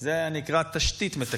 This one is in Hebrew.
זה נקרא "תשתית מתקתקת",